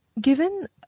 Given